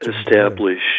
establish